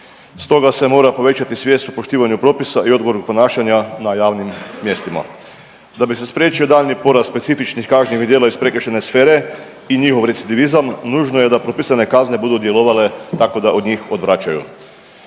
Stoga se mora povećati svijest o poštivanju propisa i odgovornog ponašanja na javnim mjestima. Da bi se spriječio daljnji porast specifičnih kažnjivih djela iz prekršajne sfere i njihov recidivizam, nužno je da propisane kazne budu djelovale tako da od njih odvraćaju,